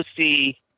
see